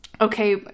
okay